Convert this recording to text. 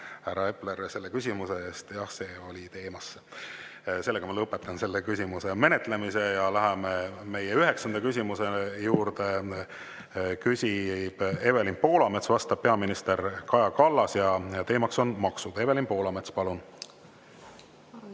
härra Epler, selle küsimuse eest! Jah, see oli teemasse. Ma lõpetan selle küsimuse menetlemise. Läheme meie üheksanda küsimuse juurde. Küsib Evelin Poolamets, vastab peaminister Kaja Kallas ja teema on maksud. Evelin Poolamets, palun!